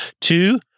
two